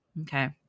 Okay